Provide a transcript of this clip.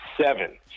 seven